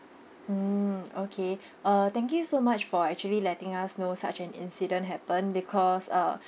mm okay uh thank you so much for actually letting us know such an incident happened because uh